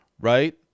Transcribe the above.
right